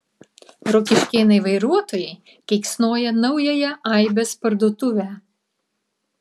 rokiškėnai vairuotojai keiksnoja naująją aibės parduotuvę